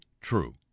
true